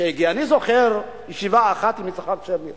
אני זוכר ישיבה אחת עם יצחק שמיר